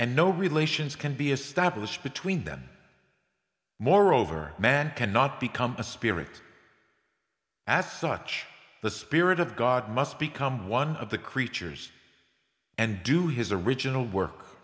and no relations can be established between them moreover man cannot become a spirit as such the spirit of god must become one of the creatures and do his original work